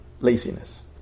laziness